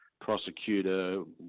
prosecutor